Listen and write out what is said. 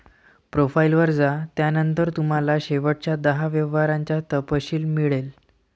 profile वर जा, त्यानंतर तुम्हाला शेवटच्या दहा व्यवहारांचा तपशील मिळेल